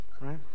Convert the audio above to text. right